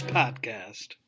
podcast